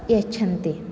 यच्छन्ति